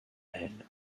elle